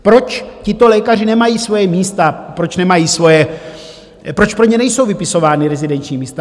Proč tito lékaři nemají svoje místa, proč nemají svoje, proč pro ně nejsou vypisována rezidenční místa?